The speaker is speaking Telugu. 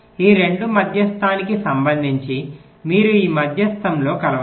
ఈ 2 మధ్యస్థానికి సంబంధించి మీరు ఈ మధ్యస్థంలో కలపండి